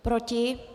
Proti?